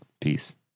Peace